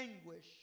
anguish